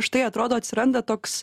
štai atrodo atsiranda toks